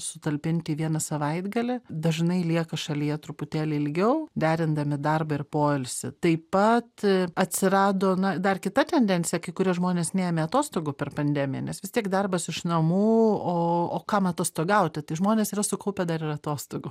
sutalpinti į vieną savaitgalį dažnai lieka šalyje truputėlį ilgiau derindami darbą ir poilsį taip pat atsirado na dar kita tendencija kai kurie žmonės neėmė atostogų per pandemiją nes vis tiek darbas iš namų o o kam atostogauti tai žmonės yra sukaupę dar ir atostogų